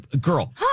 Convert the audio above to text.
Girl